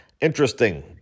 Interesting